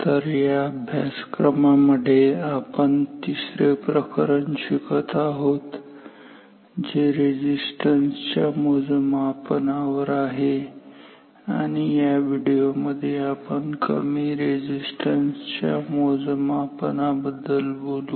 तर या अभ्यासक्रमामध्ये आपण तिसरे प्रकरण शिकत आहोत जे रेझिस्टन्स च्या मोजमापनावर आहे आणि या व्हिडिओ मध्ये आपण कमी रेझिस्टन्स च्या मोजमापनाबद्दल बोलू